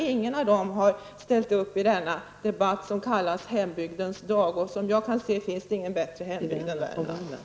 Ingen av dem har ställt upp i denna debatt som kallas hembygdens dag. Som jag kan se finns det ingen bättre hembygd än Värmland.